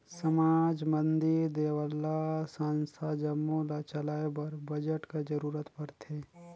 समाज, मंदिर, देवल्ला, संस्था जम्मो ल चलाए बर बजट कर जरूरत परथे